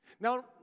Now